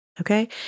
Okay